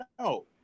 no